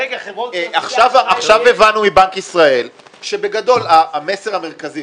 עכשיו הבנו מבנק ישראל שבגדול המסר המרכזי,